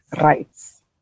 rights